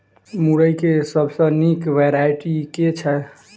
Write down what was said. मुरई केँ सबसँ निक वैरायटी केँ छै?